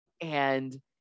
And-